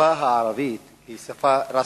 השפה הערבית היא שפה רשמית,